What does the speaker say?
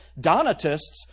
Donatists